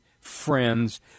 friends